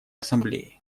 ассамблеи